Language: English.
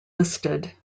listed